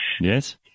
Yes